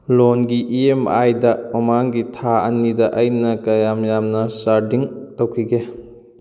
ꯂꯣꯟꯒꯤ E M ꯑꯥꯏꯗ ꯃꯃꯥꯡꯒꯤ ꯊꯥ ꯑꯅꯤꯗ ꯑꯩꯅ ꯀꯌꯥꯝ ꯌꯥꯝꯅ ꯆꯥꯔꯗꯤꯡ ꯇꯧꯈꯤꯒꯦ